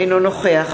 אינו נוכח